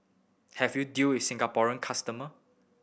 have you dealt with the Singaporean customer